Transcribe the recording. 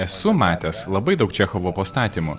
esu matęs labai daug čechovo pastatymų